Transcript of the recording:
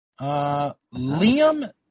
Liam